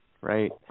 Right